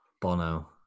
Bono